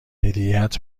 هدیهات